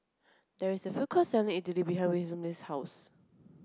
there is a food court selling Idili behind Wilhelmine's house